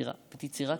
זה סולטנינה.